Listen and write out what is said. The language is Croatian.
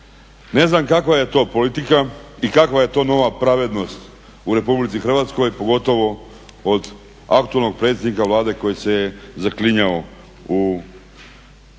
Ne znam kakva je to politika i kakva je to nova pravednost u RH pogotovo od aktualnog predsjednika Vlade koji se je zaklinjao u